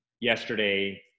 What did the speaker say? yesterday